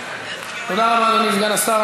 תודה רבה, אדוני סגן השר.